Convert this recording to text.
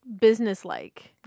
businesslike